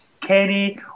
Kenny